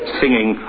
singing